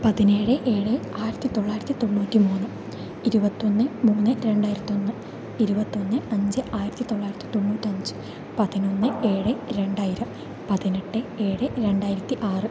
പതിനേഴ് ഏഴ് ആയിരത്തിത്തൊള്ളായിരത്തി തൊണ്ണൂറ്റി മൂന്ന് ഇരുപത്തൊന്ന് മൂന്ന് രണ്ടായിരത്തൊന്ന് ഇരുവത്തൊന്ന് അഞ്ച് ആയിരത്തിത്തൊള്ളായിരത്തി തൊണ്ണൂറ്റഞ്ച് പതിനൊന്ന് ഏഴ് രണ്ടായിരം പതിനെട്ട് ഏഴ് രണ്ടായിരത്തി ആറ്